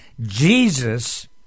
Jesus